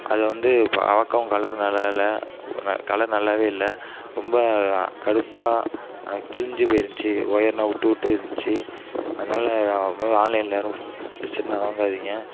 அதை வந்து பார்க்கவும் கலரு நல்லாயில்ல ந கலர் நல்லாவே இல்லை ரொம்ப கருப்பாக கிழிஞ்சு போயிருந்துச்சு ஒயர்லாம் விட்டு விட்டு இருந்துச்சு அதனால இது மாரி ஆன்லைனில் யாரும் ஹெட்செட்லாம் வாங்காதீங்க